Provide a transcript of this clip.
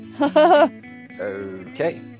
Okay